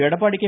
Edappadi K